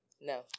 No